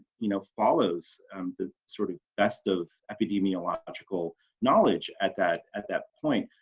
you know follows the sort of best of epidemiological knowledge at that at that point.